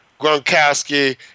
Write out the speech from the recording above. Gronkowski